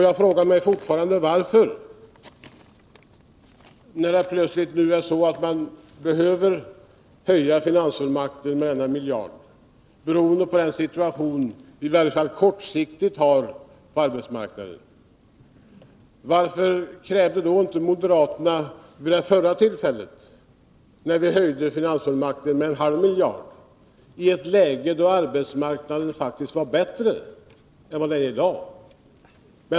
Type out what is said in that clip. Jag frågar fortfarande: Varför är det nu plötsligt omöjligt att höja finansfullmakten med den miljard som behövs på grund av den situation som vii varje fall kortsiktigt har på arbetsmarknaden, när det gick bra att höja den med en halv miljard i ett läge då situationen på arbetsmarknaden faktiskt var bättre än den är i dag?